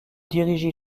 diriger